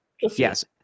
Yes